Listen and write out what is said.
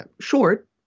short